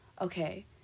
okay